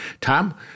Tom